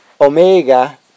Omega